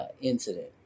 incident